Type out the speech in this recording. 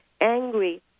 angry